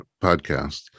podcast